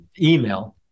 email